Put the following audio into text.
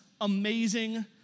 amazing